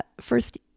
First